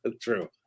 True